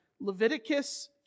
Leviticus